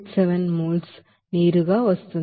67 mole నీరుగా వస్తోంది